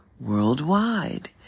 worldwide